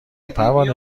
پروانه